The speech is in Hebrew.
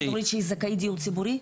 חד-הורית שהיא זכאית דיור ציבורי?